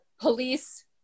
police